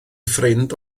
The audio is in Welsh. ffrind